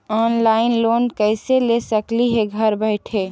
Online loan कैसे ले सकली हे घर बैठे?